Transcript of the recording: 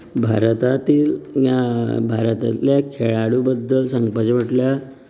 भारतातील ह्या भारतांतल्या खेळाडू बद्दल सांगपाचे म्हटल्यार